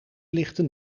lichten